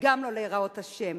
וגם לא להיראות אשם.